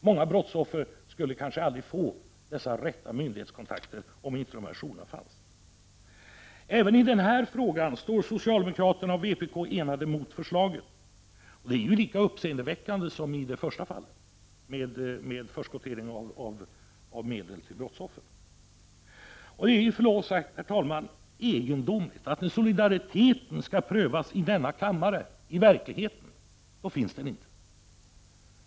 Många brottsoffer skulle kanske inte få den rätta myndighetskontakten om inte dessa jourer fanns. Även i denna fråga står socialdemokraterna och vpk enade mot förslagen. Det är en lika uppseendeväckande hållning som den man intagit i fråga om förskotteringen av medel till brottsoffer. Det är, med förlov sagt, egendomligt att det inte finns någon solidaritet när denna skall prövas i den här kammaren, i verkligheten.